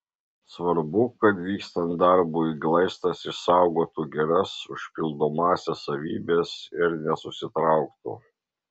svarbu kad vykstant darbui glaistas išsaugotų geras užpildomąsias savybes ir nesusitrauktų